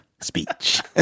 speech